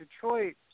Detroit